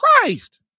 Christ